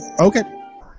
Okay